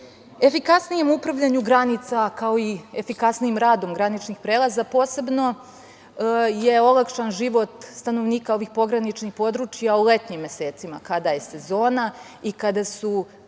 BiH.Efikasnijem upravljanju granica, kao i efikasnijim radom graničnih prelaza, posebno je olakšan život stanovnika ovih pograničnih područja u letnjim mesecima, kada je sezona i kada su